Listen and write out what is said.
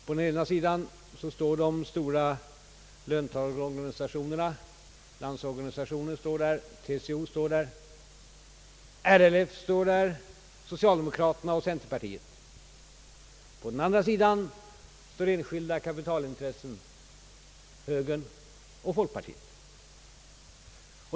På den ena sidan står de stora löntagarorganisationerna, såsom Landsorganisationen och TCO, samt RLF, socialdemokratiska partiet och centerpartiet, och på den andra sidan står enskilda kapitalintressen, högern och folkpartiet.